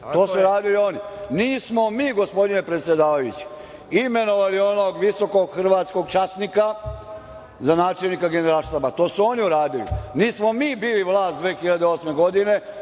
To su radili oni. Nismo mi, gospodine predsedavajući, imenovali onog visokog hrvatskog časnika za načelnika Generalštaba. To su oni uradili. Nismo mi bili vlast 2008. godine.